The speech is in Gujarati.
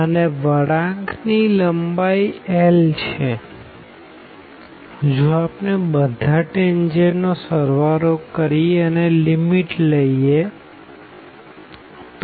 અને વળાંક ની લંબાઈ L છે જો આપણે બધા ટેનજેન્ટ નો સળવાળો કરીએ અને લીમીટ લઇએ તો